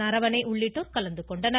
நரவனே உள்ளிட்டோர் கலந்து கொண்டனர்